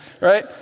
right